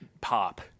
pop